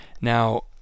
Now